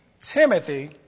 Timothy